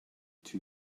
two